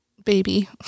baby